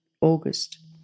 August